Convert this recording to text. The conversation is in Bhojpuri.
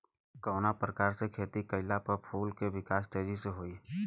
कवना प्रकार से खेती कइला पर फूल के विकास तेजी से होयी?